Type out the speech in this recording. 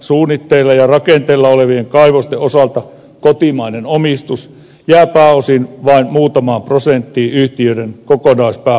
suunnitteilla ja rakenteilla olevien kaivosten osalta kotimainen omistus jää pääosin vain muutamaan prosenttiin yhtiöiden kokonaispääomasta